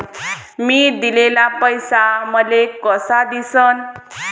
मी दिलेला पैसा मले कसा दिसन?